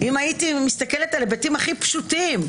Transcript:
אם הייתי מסתכלת על היבטים הכי פשוטים.